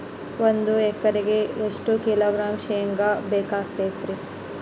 ಒಂದು ಎಕರೆಗೆ ಎಷ್ಟು ಕಿಲೋಗ್ರಾಂ ಶೇಂಗಾ ಬೇಕಾಗತೈತ್ರಿ?